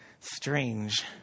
Strange